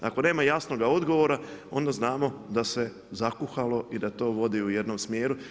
Ako nema jasnoga odgovora onda znamo da se zakuhalo i da to vodi u jednom smjeru.